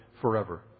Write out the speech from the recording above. forever